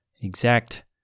exact